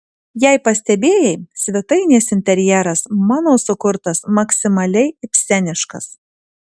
jei pastebėjai svetainės interjeras mano sukurtas maksimaliai ibseniškas